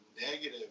negative